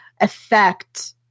affect